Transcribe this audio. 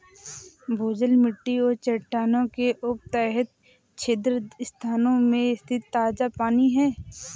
भूजल मिट्टी और चट्टानों के उपसतह छिद्र स्थान में स्थित ताजा पानी है